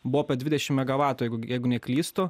buvo pė dvidešim megavatų jeigug jeigu neklystu